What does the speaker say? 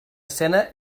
escena